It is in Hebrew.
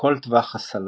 בכל טווח הסל"ד.